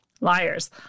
liars